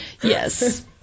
Yes